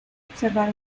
observar